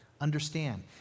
Understand